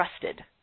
trusted